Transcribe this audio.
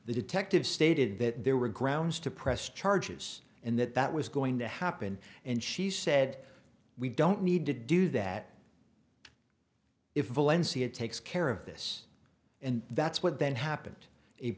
the detective stated that there were grounds to press charges and that that was going to happen and she said we don't need to do that if a legacy it takes care of this and that's what then happened